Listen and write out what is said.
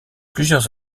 plusieurs